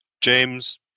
James